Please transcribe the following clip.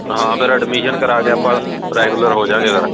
ਹਾਂ ਫਿਰ ਐਡਮਿਸ਼ਨ ਕਰਾ ਕੇ ਆਪਾਂ ਰੈਗੂਲਰ ਹੋ ਜਾਂਗੇ ਯਾਰ